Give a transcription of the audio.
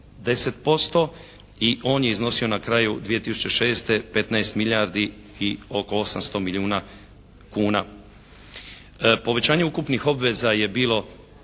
i on je iznosio na kraju 2006. 15 milijardi i oko 800 milijuna kuna. Povećanje ukupnih obveza je bilo